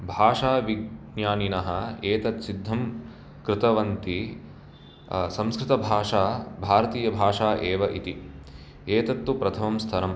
भाषाविज्ञानिनः एतत् सिद्धं कृतवन्तः संस्कृतभाषा भारतीयभाषा एव इति एतत् तु प्रथमं स्तरम्